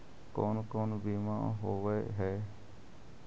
कोन कोन बिमा होवय है?